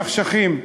למחשכים,